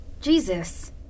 Jesus